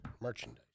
merchandise